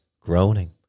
groaning